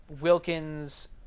Wilkins